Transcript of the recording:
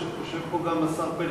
יושב פה גם השר פלד,